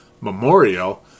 Memorial